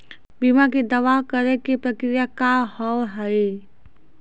बीमा के दावा करे के प्रक्रिया का हाव हई?